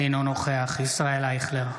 אינו נוכח ישראל אייכלר,